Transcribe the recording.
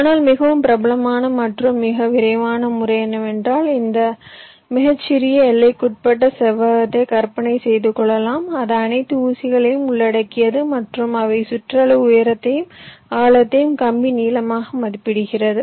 ஆனால் மிகவும் பிரபலமான மற்றும் மிக விரைவான முறை என்னவென்றால் இந்த மிகச்சிறிய எல்லைக்குட்பட்ட செவ்வகத்தை கற்பனை செய்துகொள்ளலாம் இது அனைத்து ஊசிகளையும் உள்ளடக்கியது மற்றும் அரை சுற்றளவு உயரத்தையும் அகலத்தையும் கம்பி நீளமாக மதிப்பிடுகிறது